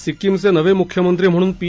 सिक्कीमचे नवे मुख्यमंत्री म्हणून पी